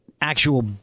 actual